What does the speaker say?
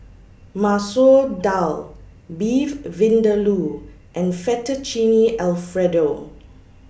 Masoor Dal Beef Vindaloo and Fettuccine Alfredo